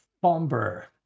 Bomber